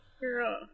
girl